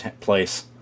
place